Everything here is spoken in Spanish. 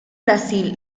brasil